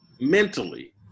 Mentally